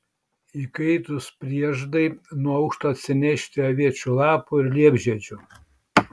įkaitus prieždai nuo aukšto atsinešti aviečių lapų ir liepžiedžių